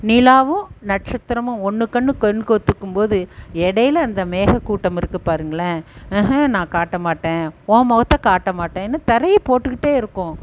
நிலாவும் நட்சத்திரமும் ஒன்றுக்கண்ணு கண் கோர்த்துக்கும்போது இடையில அந்த மேகக் கூட்டம் இருக்கு பாருங்களேன் ம்ஹு நான் காட்ட மாட்டேன் உன் முகத்த காட்ட மாட்டேன்னு திரையை போட்டுகிட்டே இருக்கும்